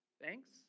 Thanks